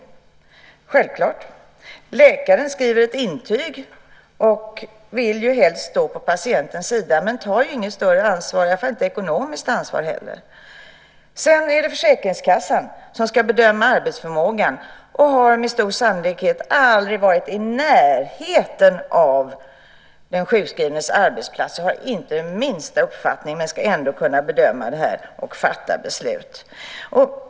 Det är självklart. Läkaren skriver ett intyg och vill helst stå på patientens sida men tar inget större ansvar, i varje fall inte ekonomiskt ansvar. Sedan är det försäkringskassan som ska bedöma arbetsförmågan. Den har med stor sannolikhet aldrig varit i närheten av den sjukskrivnes arbetsplats och har inte den minsta uppfattning men ska ändå kunna bedöma det och fatta beslut.